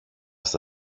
στα